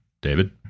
David